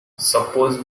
suppose